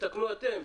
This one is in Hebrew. תקנו אתם,